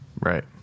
Right